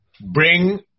Bring